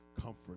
comfort